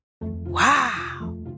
Wow